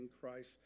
Christ